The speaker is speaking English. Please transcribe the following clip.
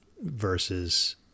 versus